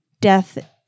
death